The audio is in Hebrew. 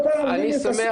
אין שום